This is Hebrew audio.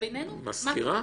מזכירה?